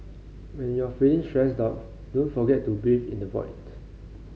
when you are feeling stressed out don't forget to breathe in the void